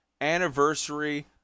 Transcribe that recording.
anniversary